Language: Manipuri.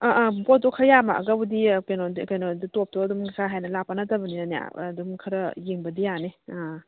ꯑꯥ ꯑꯥ ꯄꯣꯠꯇꯣ ꯈꯔ ꯌꯥꯝꯃꯛꯑꯒꯕꯨꯗꯤ ꯀꯩꯅꯣꯗꯣ ꯇꯣꯞꯇꯣ ꯑꯗꯨꯝ ꯀꯥ ꯍꯦꯟꯅ ꯂꯥꯛꯄ ꯅꯠꯇꯕꯅꯤꯅꯅꯦ ꯑꯗꯨꯝ ꯈꯔ ꯌꯦꯡꯕꯗꯤ ꯌꯥꯅꯤ ꯑꯥ